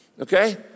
Okay